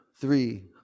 three